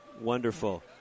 Wonderful